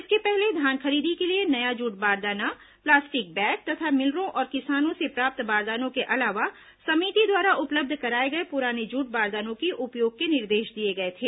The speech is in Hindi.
इसके पहले धान खरीदी के लिए नया जूट बारदाना प्लास्टिक बैग तथा मिलरों और किसानों से प्राप्त बारदानों के अलावा समिति द्वारा उपलब्ध कराए गए पुराने जूट बारदानों के उपयोग के निर्देश दिए गए थे